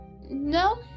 No